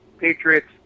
Patriots